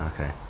okay